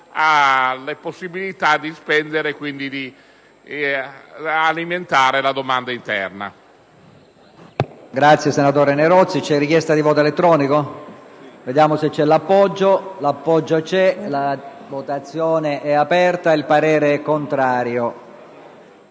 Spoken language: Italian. le possibilità di spendere e di alimentare la domanda interna.